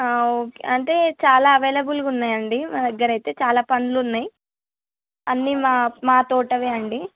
okay అంటే చాలా అవైలబుల్గా ఉన్నాయండి మా దగ్గర అయితే చాలా పళ్ళు ఉన్నాయి అన్నీ మా మా తోటవి అండి